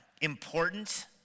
important